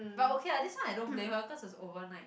but okay lah this one I don't blame her cause it's overnight